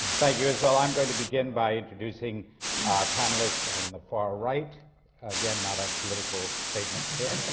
thank you, isabelle. i'm going to begin by introducing our panelists. on the far right again, not a political statement